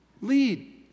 Lead